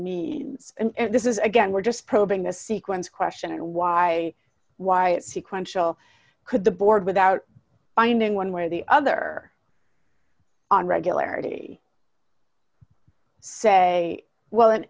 means and this is again we're just probing the sequence question and why why it sequin shell could the board without finding one way or the other on regularity say well in